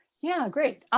yeah. great.